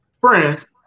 friends